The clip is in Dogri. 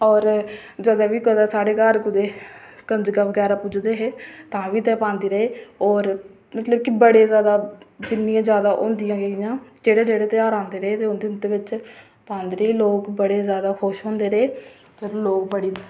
होर जेल्लै बी कुतै साढ़े घर कुतै कम से कम ग्यारां बजदे हे ते तां बी पांदे रेह् होर मतलब कि बड़े जैदा किन्नियां जैदा होंदियां हियां जेह्ड़े जेह्ड़े तेहार औंदे रेह् उं'दे बिच पांदे रेह् ते लोक बड़े जैदा खुश होंदे रेह् ते लोक बड़ी